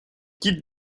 quitte